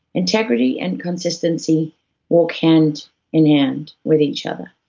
integrity and consistency walk hand in hand with each other.